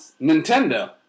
Nintendo